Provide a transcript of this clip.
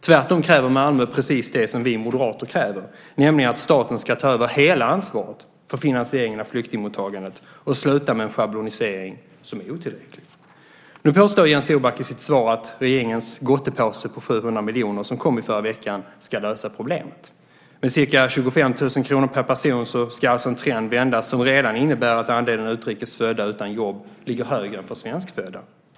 Tvärtom kräver Malmö precis det som vi moderater kräver, nämligen att staten ska ta över hela ansvaret för finansieringen av flyktingmottagandet och sluta med den schablonisering som är otillräcklig. Nu påstår Jens Orback i sitt svar att regeringens gottepåse på 700 miljoner, som kom i förra veckan, ska lösa problemet. Med ca 25 000 kr per person ska alltså en trend vändas som redan innebär att andelen utrikes födda utan jobb ligger högre än för svenskfödda.